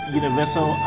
universal